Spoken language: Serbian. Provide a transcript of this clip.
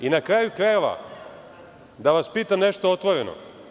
I na kraju krajeva, da vas pitam nešto otvoreno.